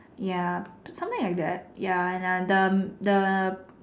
ya something like that ya and the the